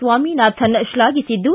Swaminathan ಶ್ಲಾಘಿಸಿದ್ದು